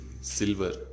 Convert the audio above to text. silver